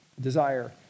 desire